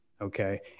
Okay